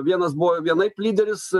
vienas buvo vienaip lyderis